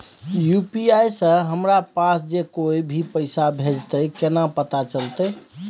UPI से हमरा पास जे कोय भी पैसा भेजतय केना पता चलते?